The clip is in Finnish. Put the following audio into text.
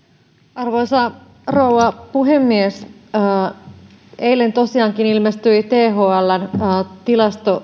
arvoisa rouva puhemies eilen tosiaankin ilmestyi thln tilasto